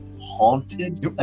haunted